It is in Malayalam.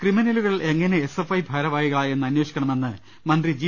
ക്രിമിനലുകൾ എങ്ങനെ എസ് എഫ് ഐ ഭാരവാഹി കളായന്ന് അന്വേഷിക്കണമെന്ന് മന്ത്രി ജി